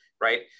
Right